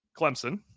Clemson